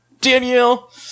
Danielle